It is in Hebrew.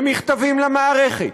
במכתבים למערכת,